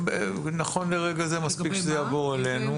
נכון לרגע זה מספיק שזה יעבור אלינו.